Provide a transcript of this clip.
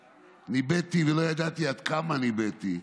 וניבאתי ולא ידעתי עד כמה ניבאתי.